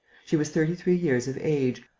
she was thirty-three years of age,